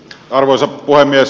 arvoisa puhemies